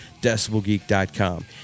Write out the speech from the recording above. decibelgeek.com